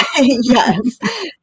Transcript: Yes